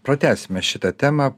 pratęsime šitą temą